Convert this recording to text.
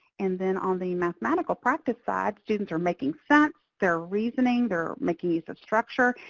and then on the mathematical practice side, students are making sense, they're reasoning, they're making use of structure.